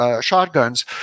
shotguns